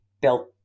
built